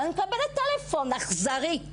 ואני מקבלת טלפון אכזרי,